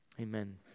Amen